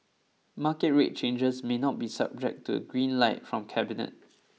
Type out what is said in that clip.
market rate changes may not be subject to a green light from cabinet